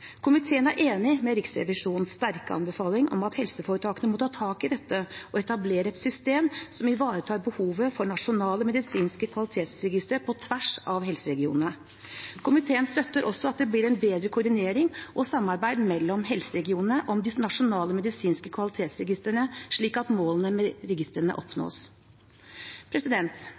Komiteen er enig med Riksrevisjonens sterke anbefaling om at helseforetakene må ta tak i dette og etablere et system som ivaretar behovet for nasjonale medisinske kvalitetsregistre på tvers av helseregionene. Komiteen støtter også at det blir bedre koordinering og samarbeid mellom helseregionene om de nasjonale medisinske kvalitetsregistrene, slik at målene med registrene oppnås.